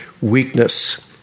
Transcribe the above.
weakness